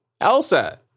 Elsa